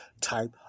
type